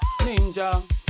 Ninja